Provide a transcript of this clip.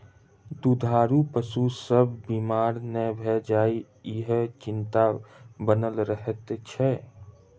दूधारू पशु सभ बीमार नै भ जाय, ईहो चिंता बनल रहैत छै